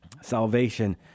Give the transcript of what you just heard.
salvation